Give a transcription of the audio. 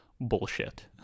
bullshit